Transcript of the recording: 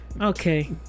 okay